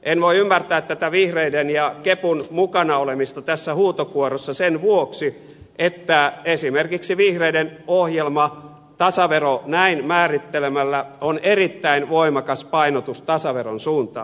en voi ymmärtää tätä vihreiden ja kepun mukana olemista tässä huutokuorossa sen vuoksi että esimerkiksi vihreiden ohjelma tasavero näin määriteltynä on erittäin voimakas painotus tasaveron suuntaan